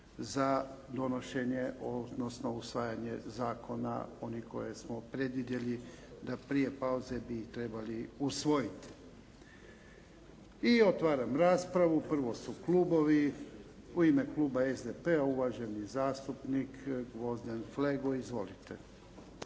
za donošenje, odnosno usvajanje zakona. Oni koje smo predvidjeli da prije pauze bi trebali usvojiti. I otvaram raspravu. Prvo su klubovi. U ime kluba SDP-a, uvaženi zastupnik Gvozden Flego. Izvolite.